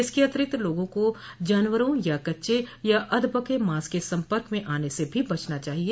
इसके अतिरिक्त लोगों को जानवरों या कच्चे या अधपके मांस के संपर्क मे आने से भी बचना चाहिए